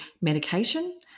medication